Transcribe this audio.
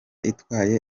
itwaye